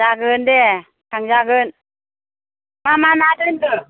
जागोन दे थांजागोन मा मा ना दोन्दों